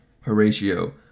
Horatio